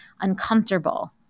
uncomfortable